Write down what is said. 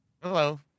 Hello